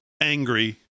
angry